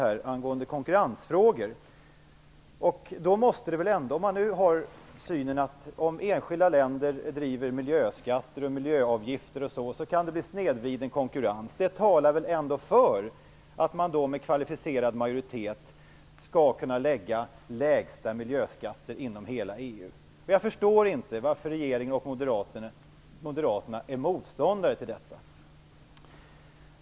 Om man nu har den synen att det kan bli snedvriden konkurrens om enskilda länder driver frågor om miljöskatter och miljöavgifter, talar det väl ändå för att man med kvalificerad majoritet skall kunna lägga fast den lägsta miljöskatten inom hela EU. Jag förstår inte varför regeringen och Moderaterna är motståndare till detta.